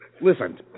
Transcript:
Listen